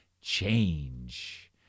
change